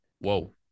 whoa